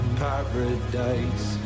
paradise